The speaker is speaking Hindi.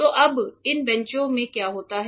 तो अब इन बेंचों में क्या होता है